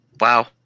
Wow